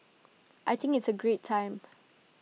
I think it's A great time